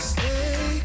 Stay